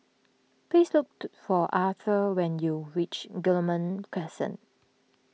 please looked for Arther when you reach Guillemard Crescent